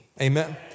Amen